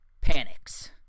panics